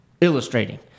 illustrating